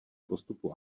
postupu